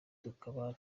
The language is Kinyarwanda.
tukaba